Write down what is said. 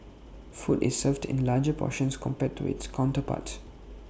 food is served in larger portions compared to its counterparts